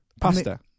Pasta